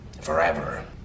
forever